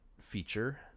feature